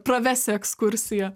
pravesi ekskursiją